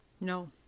No